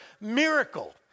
miracle